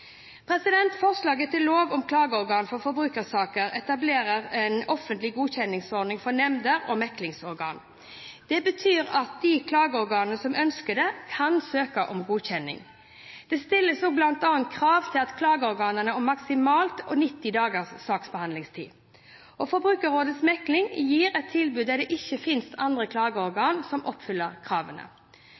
Forslaget til lov om klageorgan for forbrukersaker etablerer en offentlig godkjenningsordning for nemnder og meklingsorganer. Det betyr at de klageorganene som ønsker det, kan søke om godkjenning. Det stilles bl.a. krav til klageorganene om maksimalt 90 dagers saksbehandlingstid. Og Forbrukerrådets mekling gir et tilbud der det ikke finnes andre klageorganer som oppfyller kravene.